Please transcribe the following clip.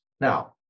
Now